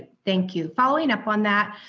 thank you, following up on that.